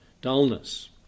dullness